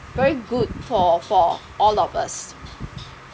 very good for for all of us